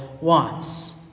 wants